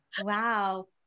Wow